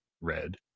red